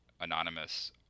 anonymous